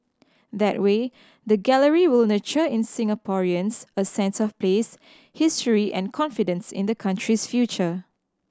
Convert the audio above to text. that way the gallery will nurture in Singaporeans a sense of place history and confidence in the country's future